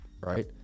right